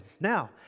Now